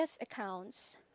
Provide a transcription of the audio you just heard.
accounts